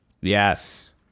Yes